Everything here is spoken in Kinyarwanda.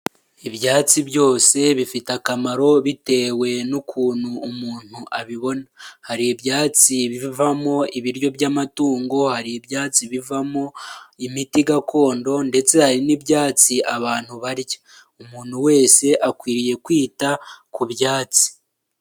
Ibyatsi byose bifite akamaro bitewe n'ukuntu umuntu abibona, hari ibyatsi bivamo ibiryo by'amatungo, hari ibyatsi bivamo imiti gakondo ndetse hari n'ibyatsi abantu barya, umuntu wese akwiriye kwita ku byatsi.